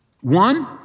One